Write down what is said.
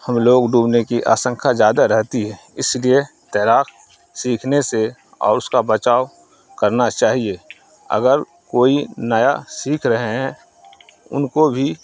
ہم لوگ ڈوبنے کی آشنکھا زیادہ رہتی ہے اس لیے تیراک سیکھنے سے اور اس کا بچاؤ کرنا چاہیے اگر کوئی نیا سیکھ رہے ہیں ان کو بھی